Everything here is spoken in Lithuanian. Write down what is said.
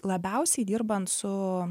labiausiai dirbant su